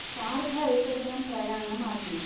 सार्ध एकदिनं प्रयाणम् आसीत्